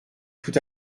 tout